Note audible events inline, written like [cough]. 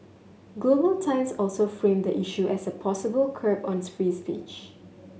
Global Times also framed the issue as a possible curb on [unintelligible] free speech